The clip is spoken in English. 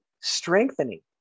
strengthening